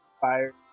Fire